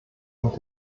und